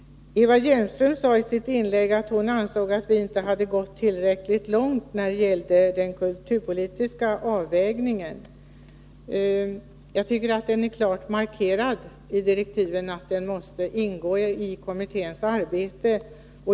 Eva Hjelmström sade att hon ansåg att vi inte hade gått tillräckligt långt när det gällde den kulturpolitiska avvägningen. Jag tycker att det är klart markerat i direktiven och att den måste ingå i kommitténs arbete.